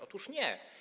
Otóż nie.